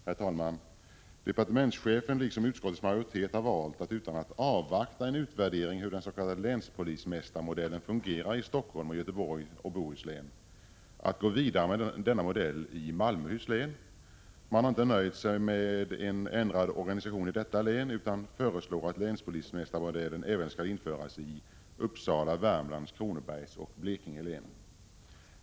Herr talman! Departementschefen, liksom utskottets majoritet, har valt att utan att avvakta en utvärdering av hur den s.k. länspolismästarmodellen fungerar i Helsingforss län och Göteborgs och Bohus län gå vidare med denna modell i Malmöhus län. Man har inte nöjt sig med en ändring av organisationen i detta län utan föreslår att länspolismästarmodellen skall införas även i Uppsala, Värmlands, Kronobergs och Blekinge län.